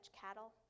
cattle